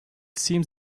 seems